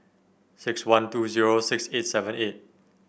six one two zero six eight seven eight